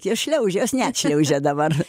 jos šliaužė jos neatšliaužė dabar